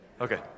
Okay